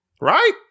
Right